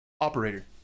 Operator